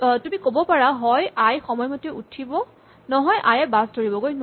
তুমি ক'ব পাৰা হয় আই সময়মতে উঠিব নহয় আই য়ে বাছ ধৰিবগৈ নোৱাৰে